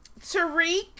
Tariq